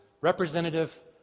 representative